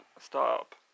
stop